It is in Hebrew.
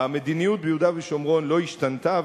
המדיניות ביהודה ושומרון לא השתנתה,